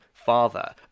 father